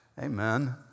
Amen